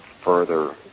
further